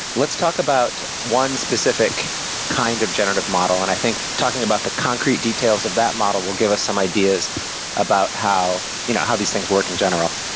let's talk about one specific kind of generative model, and i think talking about the concrete details of that model will give us some ideas about how you know how these things work in general.